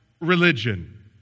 religion